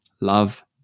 love